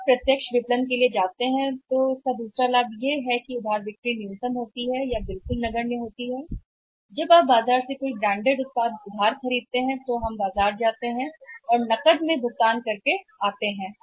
जब आप प्रत्यक्ष विपणन के लिए जाते हैं तो आप देखते हैं कि प्रत्यक्ष विपणन का एक और सकारात्मक लाभ है जब आप किसी ब्रांडेड उत्पाद को खरीदते हैं तो क्रेडिट की बिक्री न्यूनतम नगण्य होती है क्रेडिट पर बाजार हम नकद में भुगतान करते हैं और वापस आते हैं